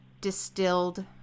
distilled